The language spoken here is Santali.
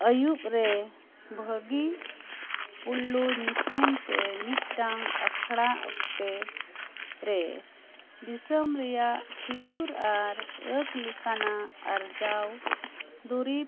ᱟᱹᱭᱩᱵ ᱨᱮ ᱵᱷᱟᱹᱜᱤ ᱯᱩᱞᱞᱩ ᱧᱩᱛᱩᱢ ᱛᱮ ᱢᱤᱫᱽᱴᱟᱝ ᱟᱠᱷᱽᱲᱟ ᱛᱮ ᱨᱮ ᱫᱤᱥᱟᱹᱢ ᱨᱮᱭᱟᱜ ᱠᱷᱤᱡᱩᱨ ᱟᱨ ᱟᱹᱠ ᱞᱮᱠᱟᱱᱟᱜ ᱟᱨᱡᱟᱣ ᱫᱩᱨᱤᱵ